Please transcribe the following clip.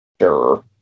Sure